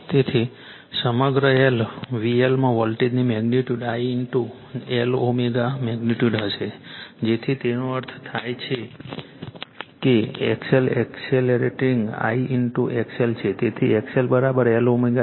તેથી સમગ્ર L VL માં વોલ્ટેજની મેગ્નિટ્યુડ I Lω મેગ્નિટ્યુડ હશે જેથી તેનો અર્થ એ થાય કે XL એક્સેલરેટિંગ I XL છે તેથી XLLω છે